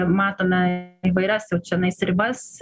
matome įvairias jau čionais ribas